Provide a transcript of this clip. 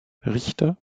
richter